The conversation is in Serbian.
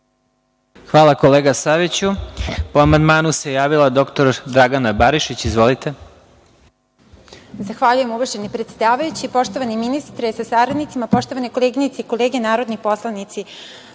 Hvala kolega Saviću. Po amandmanu se javila dr Dragana Barišić. Izvolite. **Dragana Barišić** Zahvaljujem uvaženi predsedavajući, poštovani ministre sa saradnicima, poštovane koleginice i kolege narodni poslanici. Kao